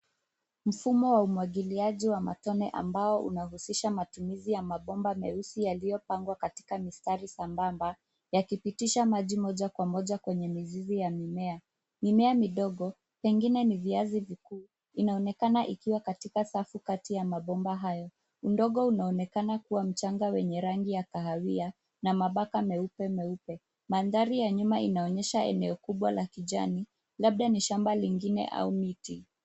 Mfumo wa umwagiliaji wa matone ambao unahusisha matumizi ya mabomba meusi yaliyopangwa katika mistari sambamba yakipitisha maji moja kwa moja kwenye mizizi ya mimea. Mimea midogo pengine ni viazi vikuu, inaonekana ikiwa katika safu kati ya mabomba hayo. Udongo unaonekana kuwa mchanga wenye rangi ya kahawia na mabaka meupe meupe. Mandhari ya nyuma inaonyesha eneo kubwa la kijani labda ni shamba lingine au miti.